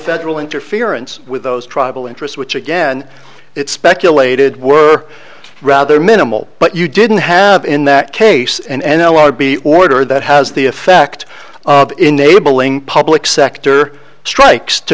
federal interference with those tribal interests which again it speculated were rather minimal but you didn't have in that case and l r b order that has the effect of enabling public sector strikes to